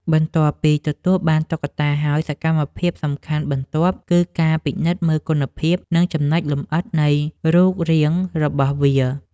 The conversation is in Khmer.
បន្ទាប់ពីទទួលបានតុក្កតាហើយ សកម្មភាពសំខាន់បន្ទាប់គឺការពិនិត្យមើលគុណភាព និងចំណុចលម្អិតនៃរូបរាងរបស់វា។